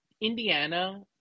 Indiana